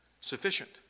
Sufficient